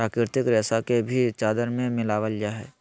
प्राकृतिक रेशा के भी चादर में मिलाबल जा हइ